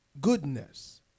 goodness